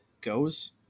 goes